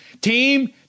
team